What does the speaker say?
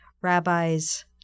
rabbis